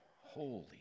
Holy